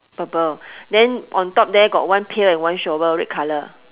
purple then on top there got one pail and one shovel red colour